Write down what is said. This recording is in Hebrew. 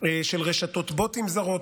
של רשתות בוטים זרות,